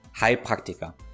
Heilpraktiker